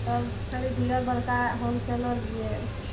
सब खरिदिहऽ बड़का होलसेलर रहिए